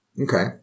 Okay